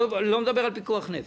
ואני עוד לא מדבר על פיקוח נפש,